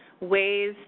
ways